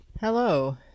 Hello